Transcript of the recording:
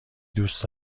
دوست